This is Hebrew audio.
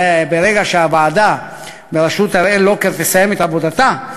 ברגע שהוועדה בראשות הראל לוקר תסיים את עבודתה,